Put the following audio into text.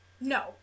No